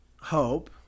Hope